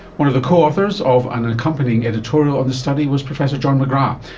one of the co-authors of an accompanying editorial on this study was professor john mcgrath,